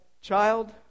child